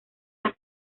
las